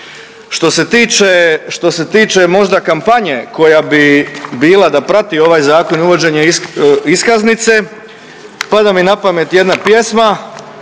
Što se tiče možda kampanje koja bi bila da prati ovaj zakon i uvođenje iskaznice, pada mi na pamet jedna pjesma,